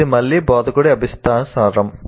ఇది మళ్ళీ బోధకుడి అభీష్టానుసారం